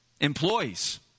employees